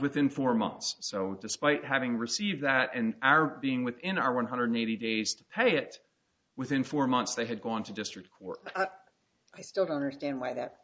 within four months so despite having received that and our being within our one hundred eighty days to pay it within four months they had gone to district court that i still don't understand why that